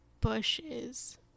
bushes